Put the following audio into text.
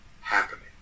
happening